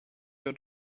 your